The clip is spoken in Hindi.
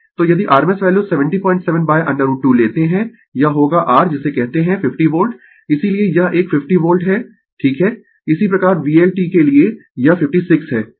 तो यदि rms वैल्यू 707√ 2 लेते है यह होगा r जिसे कहते है 50 वोल्ट इसीलिये यह एक 50 वोल्ट है ठीक है इसी प्रकार VL t के लिए यह 56 है